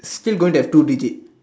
still going to have two digit